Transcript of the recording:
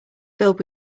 filled